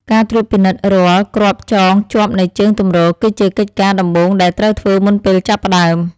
ការត្រួតពិនិត្យរាល់គ្រាប់ចងជាប់នៃជើងទម្រគឺជាកិច្ចការដំបូងដែលត្រូវធ្វើមុនពេលចាប់ផ្តើម។